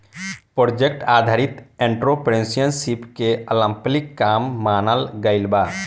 project आधारित entrepreneurship के अल्पकालिक काम मानल गइल बा